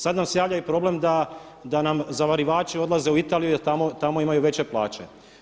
Sad nam se javlja i problem da nam zavarivači odlaze u Italiju i da tamo imaju veće plaće.